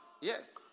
Yes